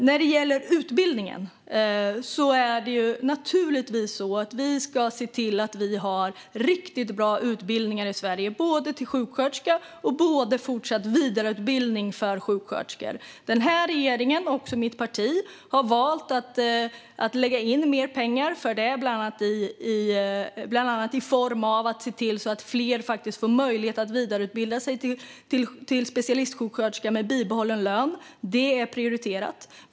När det gäller utbildningen är det naturligtvis så att vi ska se till att vi har riktigt bra utbildningar i Sverige, både vad gäller utbildningen till sjuksköterska och vad gäller vidareutbildningen för sjuksköterskor. Denna regering - och mitt parti - har valt att lägga in mer pengar för detta, bland annat genom att se till att fler får möjlighet att vidareutbilda sig till specialistsjuksköterska med bibehållen lön. Det är prioriterat.